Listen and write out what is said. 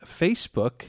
Facebook